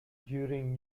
during